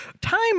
Time